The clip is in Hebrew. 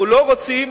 אנחנו לא רוצים